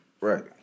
right